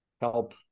help